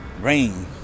rain